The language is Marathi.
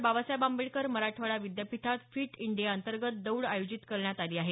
बाबासाहेब आंबेडकर मराठवाडा विद्यापीठात फिट इंडिया अंतर्गत दौड आयोजित करण्यात आली आहे